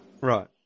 Right